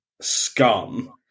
scum